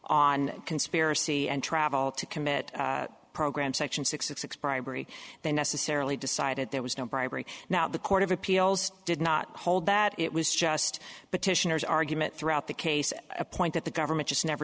on conspiracy and travel to commit program section sixty six bribery they necessarily decided there was no bribery now the court of appeals did not hold that it was just but titian's argument throughout the case a point that the government has never